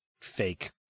fake